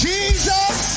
Jesus